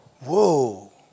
Whoa